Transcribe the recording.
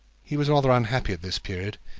he was rather unhappy at this period.